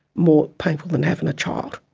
more painful than having a child.